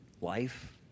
life